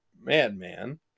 Madman